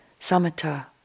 samatha